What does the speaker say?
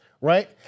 right